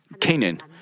Canaan